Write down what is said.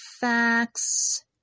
facts